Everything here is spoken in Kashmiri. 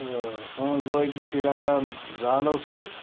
تہٕ ہٲنٛز بٲگی چھِ رَٹان زالو سۭتۍ